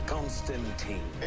Constantine